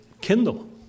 Kindle